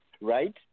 right